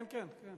כן, כן.